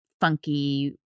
funky